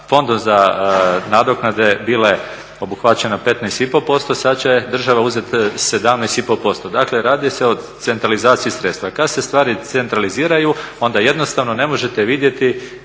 Fondom za nadoknade bile obuhvaćena 15,5%, sada će država uzeti 17,5%. Dakle radi se o centralizaciji sredstva. Kada se stvari centraliziraju onda jednostavno ne možete vidjeti